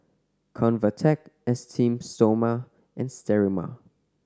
Convatec Esteem Stoma and Sterimar